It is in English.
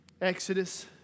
Exodus